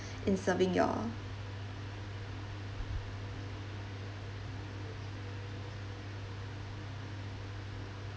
in serving you all